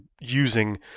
using